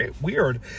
weird